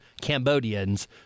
Cambodians